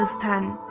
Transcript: ten